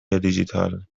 دیجیتال